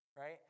right